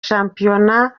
shampiyona